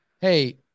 Hey